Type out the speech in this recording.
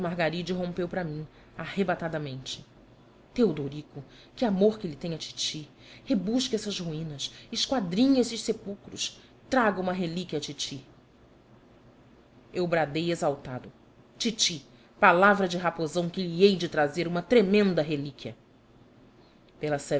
margaride rompeu para mim arrebatadamente teodorico que amor que lhe tem a titi rebusque essas ruínas esquadrinhe esses sepulcros traga uma relíquia à titi eu bradei exaltado titi palavra de raposão que lhe hei de trazer uma tremenda relíquia pela